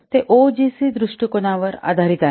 हे ओजीसी दृष्टिकोनावर आधारित आहे